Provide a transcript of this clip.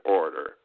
order